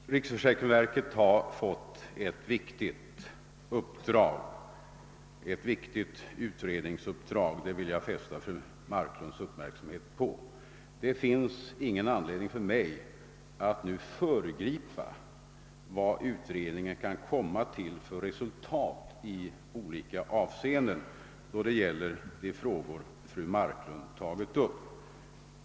Herr talman! Riksförsäkringsverket har fått ett viktigt utredningsuppdrag, det vill jag fästa fru Marklunds uppmärksamhet på. Det finns ingen anledning för mig att nu föregripa vad utredningen kan komma till för resultat i olika avseenden då det gäller de frågor fru Marklund tagit upp.